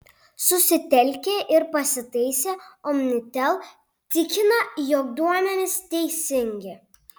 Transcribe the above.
susitelkė ir pasitaisė omnitel tikina jog duomenys teisingi